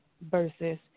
versus